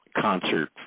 concert